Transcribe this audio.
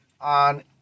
on